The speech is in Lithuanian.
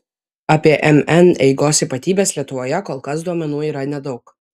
apie mn eigos ypatybes lietuvoje kol kas duomenų yra nedaug